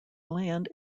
land